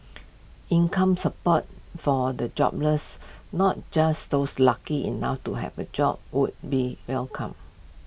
income support for the jobless not just those lucky enough to have A job would be welcome